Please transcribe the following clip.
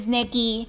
Nikki